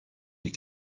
des